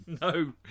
No